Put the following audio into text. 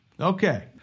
Okay